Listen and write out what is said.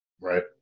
Right